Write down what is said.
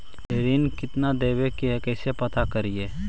ऋण कितना देवे के है कैसे पता करी?